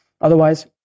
Otherwise